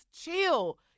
chill